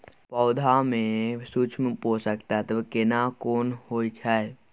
पौधा में सूक्ष्म पोषक तत्व केना कोन होय छै?